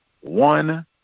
one